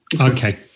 Okay